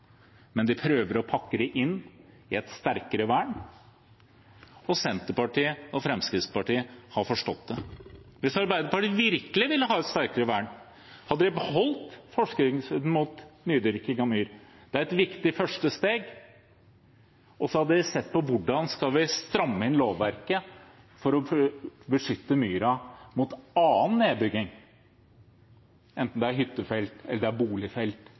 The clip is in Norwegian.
men de prøver å pakke det inn i et sterkere vern, og Senterpartiet og Fremskrittspartiet har forstått det. Hvis Arbeiderpartiet virkelig ville ha et sterkere vern, hadde de beholdt forskriften mot nydyrking av myr – det er et viktig første steg – og så hadde de sett på hvordan vi skal stramme inn lovverket for å beskytte myra mot annen nedbygging, enten det er hyttefelt, boligfelt eller infrastruktur. Det